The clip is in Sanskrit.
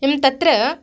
किं तत्र